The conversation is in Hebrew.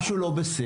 משהו לא בסדר.